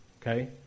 okay